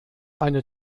eine